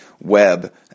Web